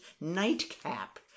nightcap